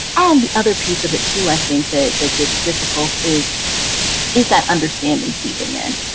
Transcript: and the other piece of it, too, i think that that gets difficult is is that understanding seeping in?